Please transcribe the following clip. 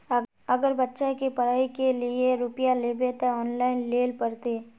अगर बच्चा के पढ़ाई के लिये रुपया लेबे ते ऑनलाइन लेल पड़ते?